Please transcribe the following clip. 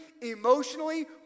emotionally